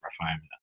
refinement